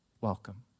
welcome